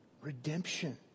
Redemption